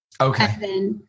Okay